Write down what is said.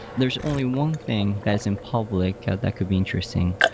there's only one thing that's in public that could be interesting.